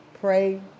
pray